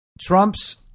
Trump's